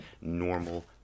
normal